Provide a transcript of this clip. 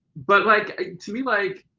but like to me like,